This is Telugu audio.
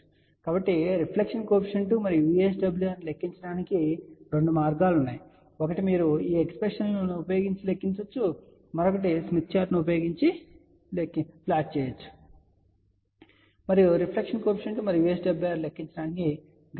కాబట్టి రిఫ్లెక్షన్ కోఎఫిషియంట్ మరియు VSWR ను లెక్కించడానికి రెండు మార్గాలు ఉన్నాయి ఒకటి మీరు ఈ ఎక్స్ప్రెషన్ లను ఉపయోగించి లెక్కించవచ్చు మరొకటి మీరు స్మిత్ చార్ట్ను ఉపయోగించవచ్చు మరియు ఈ విలువలను ప్లాట్ చేయవచ్చు మరియు రిఫ్లెక్షన్ కోఎఫిషియంట్ మరియు VSWR ను లెక్కించడానికి గ్రాఫికల్ మార్గాన్ని ఉపయోగించవచ్చు